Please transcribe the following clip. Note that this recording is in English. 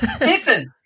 Listen